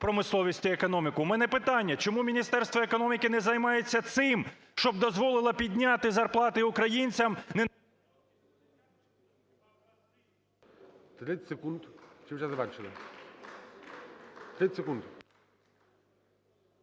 В мене питання: чому Міністерство економіки не займається цим, що б дозволило підняти зарплати українцям?...